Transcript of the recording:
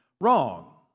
wrong